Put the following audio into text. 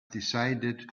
decided